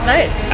Nice